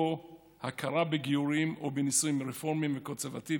או הכרה בגיורים או בנישואים רפורמיים וקונסרבטיביים?